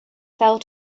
fell